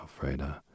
Alfreda